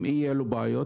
עם אי-אלו בעיות,